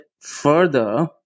further